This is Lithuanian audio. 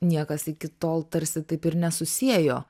niekas iki tol tarsi taip ir nesusiejo